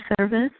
service